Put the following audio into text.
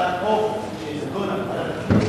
הצעת החוק נדונה בוועדת הפנים.